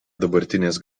dabartinės